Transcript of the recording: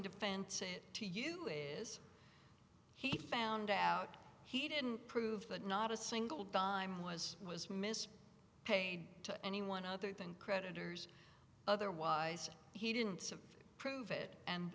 defense say to you is he found out he didn't prove that not a single dime was was mis paid to anyone other than creditors otherwise he didn't prove it and